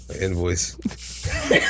invoice